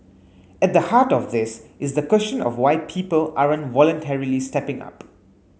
at the heart of this is the question of why people aren't voluntarily stepping up